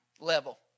level